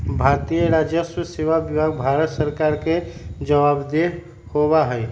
भारतीय राजस्व सेवा विभाग भारत सरकार के जवाबदेह होबा हई